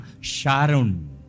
Sharon